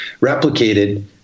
replicated